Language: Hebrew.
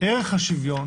ערך השוויון